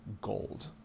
gold